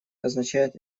означает